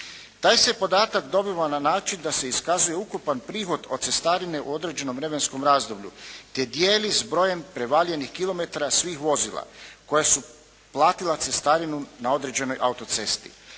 Taj se podatak dobiva na način da se iskazuje ukupan prihod od cestarine u određenom vremenskom razdoblju te dijeli s brojem prevaljenih kilometara svih vozila koja su platila cestarinu na određenoj autocesti.